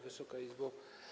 Wysoka Izbo!